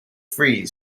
three